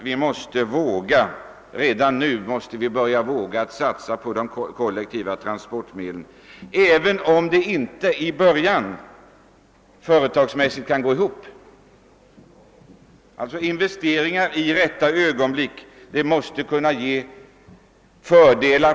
Vi måste därför redan nu våga påbörja en satsning på de kollektiva transportmedlen, även om dessa till en början inte företagsekonomiskt skulle vara lönsamma. Investeringar i det rätta ögonblicket måste på sikt kunna ge fördelar.